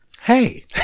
Hey